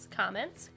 comments